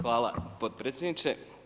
Hvala potpredsjedniče.